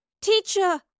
Teacher